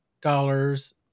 dollars